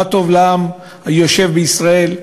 מה טוב לעם היושב בישראל.